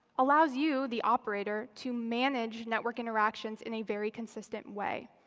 allows you, the operator, to manage network interactions in a very consistent way.